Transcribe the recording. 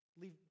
leave